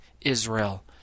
Israel